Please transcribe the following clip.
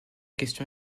question